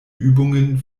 übungen